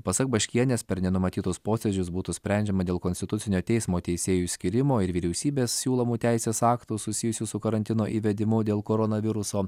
pasak baškienės per nenumatytus posėdžius būtų sprendžiama dėl konstitucinio teismo teisėjų skyrimo ir vyriausybės siūlomų teisės aktų susijusių su karantino įvedimu dėl koronaviruso